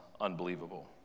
unbelievable